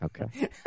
Okay